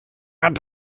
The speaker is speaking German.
hat